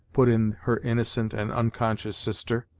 put in her innocent and unconscious sister.